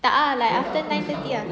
tak ah like after nine thirty ah